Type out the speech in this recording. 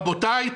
רבותיי,